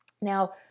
Now